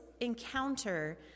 encounter